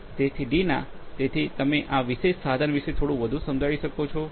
તેથી ડીના તેથી તમે આ વિશેષ સાધન વિશે થોડું વધુ સમજાવી શકો છો